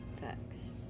Thanks